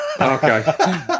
Okay